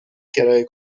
کرایه